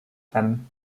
them